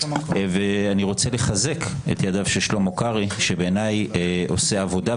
ואני רוצה לחזק את ידיו של שלמה קרעי שבעיני עושה עבודה,